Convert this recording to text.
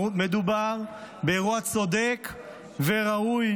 מדובר באירוע צודק וראוי,